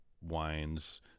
wines